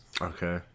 Okay